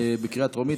בקריאה טרומית.